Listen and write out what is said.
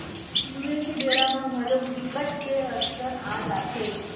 लूए के बेरा म घलोक बिकट के अड़चन आ जाथे